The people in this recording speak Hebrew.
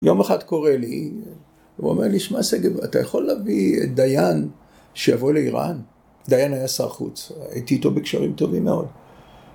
יום אחד קורא לי, הוא אומר לי, שמע שגב, אתה יכול להביא את דיין שיבוא לאיראן? דיין היה שר חוץ, הייתי איתו בקשרים טובים מאוד.